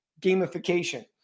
gamification